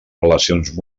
relacions